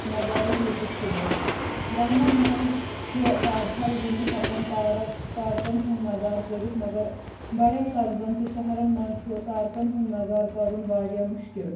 نظارُک لُطُف تُلِتھ گامن منٛز چھُ تاب حال وُنہِ ہٮ۪کان تارک تارکن ہُنٛد نظارٕ کٔرتھ مگر بڈٮ۪ن قصبن تہٕ شہرن منٛز چھُ تارکن ہُنٛد نظارٕ کرُن واریاہ مُشکِل